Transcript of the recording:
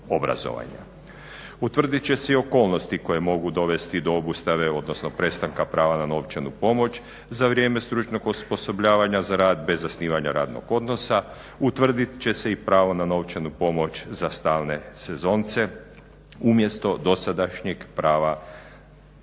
Utvrdit će se i okolnosti koje mogu dovesti do obustave odnosno prestanka prava na novčanu pomoć za vrijeme stručnog osposobljavanja za rad bez zasnivanja radnog odnosa utvrdit će se i pravo na novčanu pomoć za stalne sezonce umjesto dosadašnjeg prava na